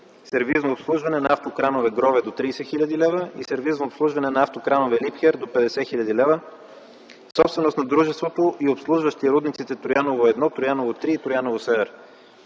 сервизно обслужване на автокранове GROVE – до 30 000 лв., и сервизно обслужване на автокранове LIEBHERR – до 50 000 лв., собственост на дружеството и обслужващи рудниците „Трояново-1”, „Трояново-3” и „Трояново-Север”.